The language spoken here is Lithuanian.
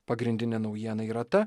pagrindinė naujiena yra ta